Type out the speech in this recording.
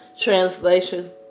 Translation